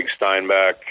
Steinbeck